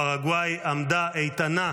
פרגוואי עמדה איתנה.